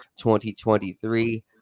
2023